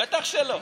בטח שלא.